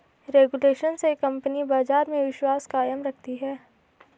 regulation से company बाजार में विश्वास कायम रखती है